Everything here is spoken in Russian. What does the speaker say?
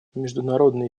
международный